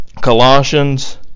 Colossians